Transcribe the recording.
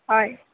হয়